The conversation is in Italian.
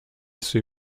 suoi